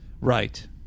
Right